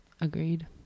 Agreed